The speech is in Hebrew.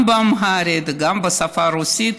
גם באמהרית וגם בשפה הרוסית.